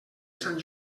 sant